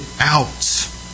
out